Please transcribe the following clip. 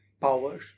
power